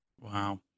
Wow